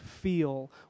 feel